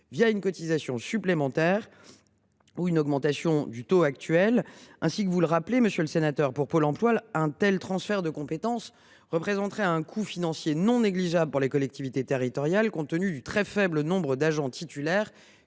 une cotisation supplémentaire ou une augmentation du taux actuel. Ainsi que vous le rappelez, pour Pôle emploi, un tel transfert de compétences représenterait un coût financier non négligeable pour les collectivités territoriales, compte tenu du nombre très faible d’agents titulaires